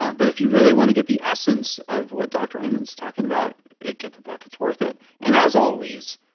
but if you really want to get the essence of what dr. amen's talking about, you get the book. it's worth it. and as always,